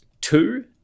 two